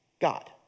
God